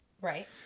Right